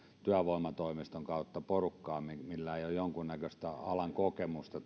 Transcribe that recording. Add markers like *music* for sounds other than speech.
työvoimatoimiston kautta porukkaa millä ei ole jonkunnäköistä alan kokemusta *unintelligible*